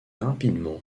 rapidement